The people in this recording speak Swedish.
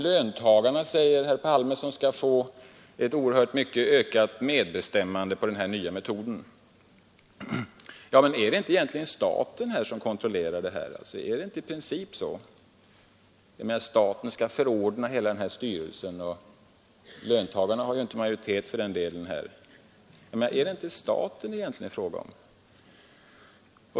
Löntagarna skall, säger herr Palme, få ett oerhört ökat medbestämmande med den här nya metoden. Men nog är det staten som har den direkta kontrollen? Staten skall förordna hela styrelsen, där löntagarna för övrigt inte har majoritet.